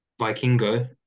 Vikingo